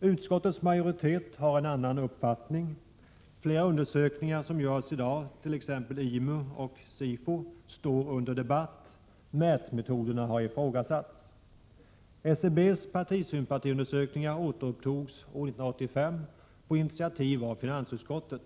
Utskottets majoritet har en annan uppfattning. Flera undersökningar som görs i dag, t.ex. av IMU och SIFO, står under debatt. Mätmetoderna har ifrågasatts. SCB:s partisympatiundersökningar återupptogs år 1985 på initiativ av finansutskottet.